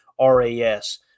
RAS